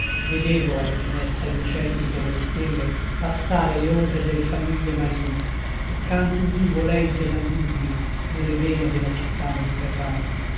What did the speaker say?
vedevo alle finestre lucenti come le stelle passare le ombre de le famiglie marine e canti udivo lenti ed ambigui ne le vene de la città mediterranea